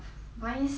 我跟你讲